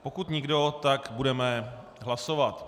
Pokud nikdo, tak budeme hlasovat.